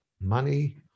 money